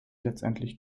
letztendlich